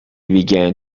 began